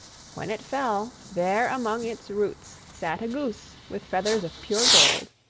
when it fell, there among its roots sat a goose, with feathers of pure gold.